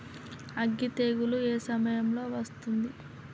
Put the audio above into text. అగ్గి తెగులు ఏ సమయం లో వస్తుంది?